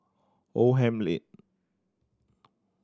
Oldham Lane